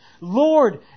Lord